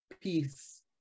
Peace